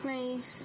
nice